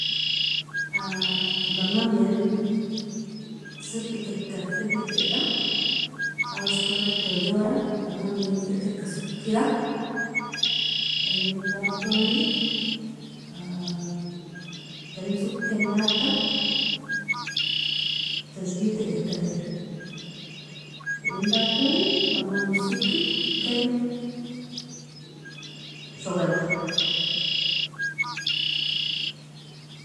barnamij ein sibitika firgikaiga, app stori torjora barnamij ein firgika sokira, eninbatoni tarin soken bata tasbita jakatera, eninbatoni barnamij soken ken shogal